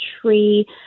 tree